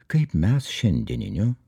kaip mes šiandieniniu